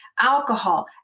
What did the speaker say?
Alcohol